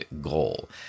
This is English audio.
goal